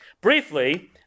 Briefly